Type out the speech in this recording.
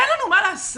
אין לנו מה לעשות?